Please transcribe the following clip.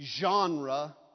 Genre